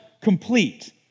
complete